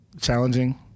challenging